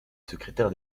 secrétaire